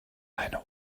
eine